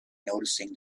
noticing